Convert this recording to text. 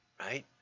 right